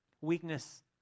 Weakness